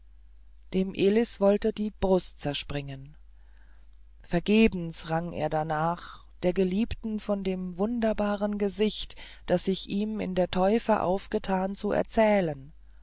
dem elis wollte die brust zerspringen vergebens rang er darnach der geliebten von dem wunderbaren gesicht das sich ihm in der teufe aufgetan zu erzählen